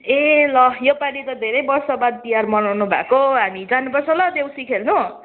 ए ल यो पालि त धेरै वर्षबाद तिहार मनाउनु भएको हामी जानुपर्छ ल देउसी खेल्नु